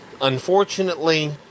Unfortunately